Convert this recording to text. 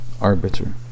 arbiter